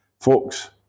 Folks